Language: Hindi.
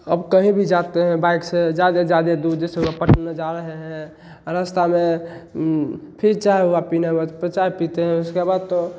अब कहीं भी जाते हैं बाइक से ज़्यादा से ज़्यादा दूर पटना जा रहे हैं रास्ता में फिर चाय हुआ पीना वहाँ पर चाय पीते हैं उसके बाद तो